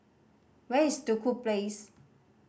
where is Duku Place